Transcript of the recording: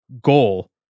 goal